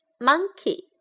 Monkey